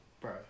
bro